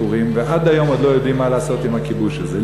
ועד היום עוד לא יודעים מה לעשות עם הכיבוש הזה.